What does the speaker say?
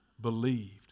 believed